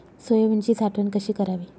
सोयाबीनची साठवण कशी करावी?